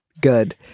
good